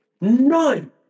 None